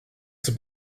zum